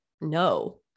no